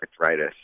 arthritis